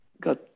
got